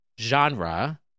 Genre